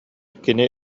кини